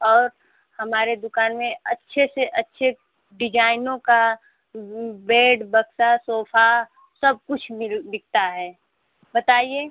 और हमारे दुकान में अच्छे से अच्छे डिजाइनों का बेड बक्सा सोफा सब कुछ मिल बिकता है बताइए